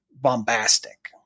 bombastic